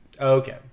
Okay